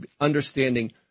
understanding